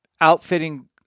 outfitting